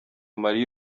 marie